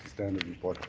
standard report